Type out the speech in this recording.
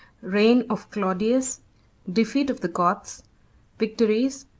reign of claudius defeat of the goths victories,